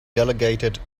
delegated